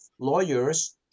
lawyers